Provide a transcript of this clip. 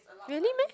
really meh